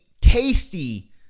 tasty